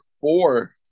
four